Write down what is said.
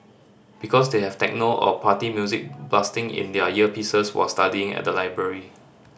because they have techno or party music blasting in their earpieces while studying at the library